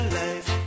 life